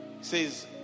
says